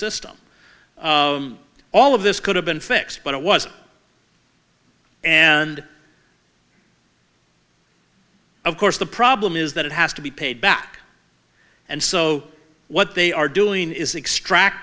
system all of this could have been fixed but it wasn't and of course the problem is that it has to be paid back and so what they are doing is extract